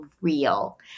real